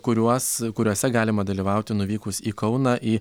kuriuos kuriuose galima dalyvauti nuvykus į kauną į